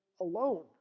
alone